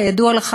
כידוע לך,